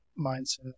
mindset